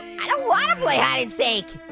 i don't want to play hide and seek.